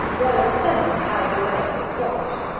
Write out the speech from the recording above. there were seven carried away at tiflfauges.